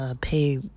pay